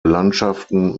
landschaften